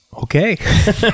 Okay